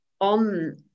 on